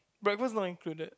breakfast not included